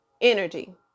energy